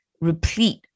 replete